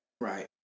Right